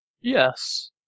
Yes